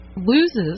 loses